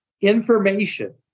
information